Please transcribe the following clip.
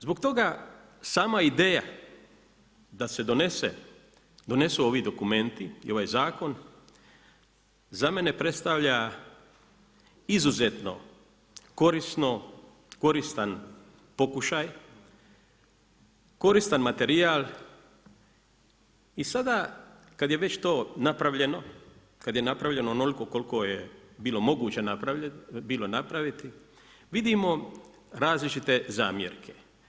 Zbog toga sama ideja da se donesu ovi dokumenti i ovaj zakon, za mene predstavlja izuzetno koristan pokušaj, koristan materijal i sada kada je već to napravljeno, kada je napravljeno onoliko koliko je bilo moguće bilo napraviti, vidimo različite zamjerke.